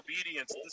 obedience